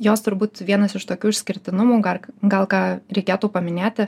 jos turbūt vienas iš tokių išskirtinumų gal gal ką reikėtų paminėti